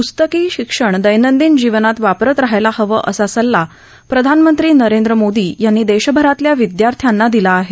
प्रस्तकी शिक्षण दैनंदिन जीवनात वापरत राहायला हवं असा सल्ला प्रधानमंत्री नरेंद्र मोदी यांनी देशभरातल्या विद्यार्थ्यांना दिला आहे